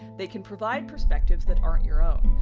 they can provide perspectives that aren't your own.